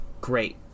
Great